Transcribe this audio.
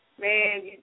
man